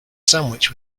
sandwich